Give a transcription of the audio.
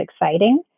exciting